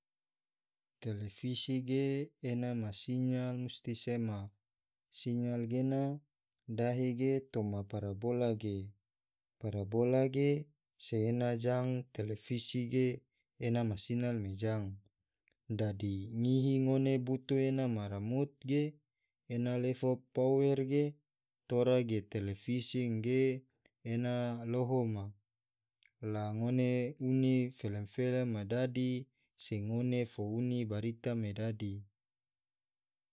Televisi ge ena ma sinyal musti sema, sinyal gena dahe ge toma parabola ge, parabola ge se ena jang televisi ge ena ma sinyal mai jang, dadi ngihi ngone butu ena ma ramut ge ena lefo power ge tora ge televisi ngge ena loho ma la ngone uni felem-felem me dadi se ngone fo uni barita me dadi.